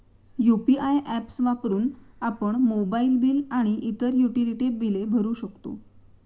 UPI apps वापरून आपण mobile bill आणि इतर युटिलिटी बिले भरू शकतो